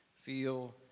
feel